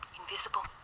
invisible